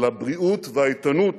על הבריאות והאיתנות